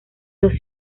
los